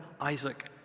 Isaac